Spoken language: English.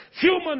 Human